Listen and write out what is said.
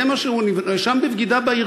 זה מה שהוא נאשם בו,